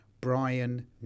Brian